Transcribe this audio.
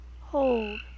hold